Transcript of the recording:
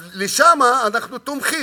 אז שם אנחנו תומכים,